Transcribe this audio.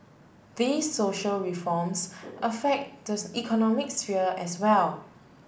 these social reforms affect the economic sphere as well